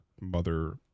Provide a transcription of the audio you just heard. mother